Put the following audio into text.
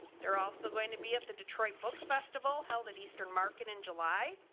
they're also going to be at the detroit book festival held at eastern market in july,